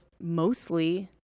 mostly